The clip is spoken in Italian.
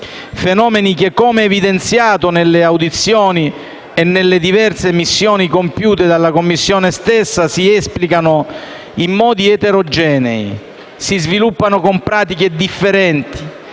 fenomeni che, come evidenziato nelle audizioni e nelle diverse missioni compiute dalla Commissione stessa, si esplicano in modi eterogenei, si sviluppano con pratiche differenti,